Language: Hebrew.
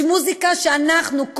יש מוזיקה שאנחנו,